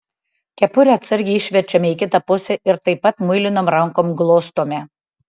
kepurę atsargiai išverčiame į kitą pusę ir taip pat muilinom rankom glostome